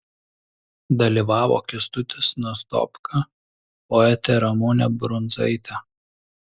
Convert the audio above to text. dalyvavo kęstutis nastopka poetė ramunė brundzaitė